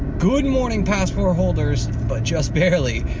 good morning, passport holders, but just barely.